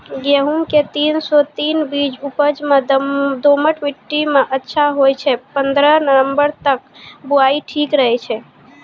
गेहूँम के तीन सौ तीन बीज उपज मे दोमट मिट्टी मे अच्छा होय छै, पन्द्रह नवंबर तक बुआई ठीक रहै छै